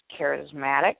charismatic